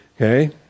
Okay